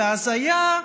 הזיה,